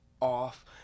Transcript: off